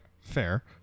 Fair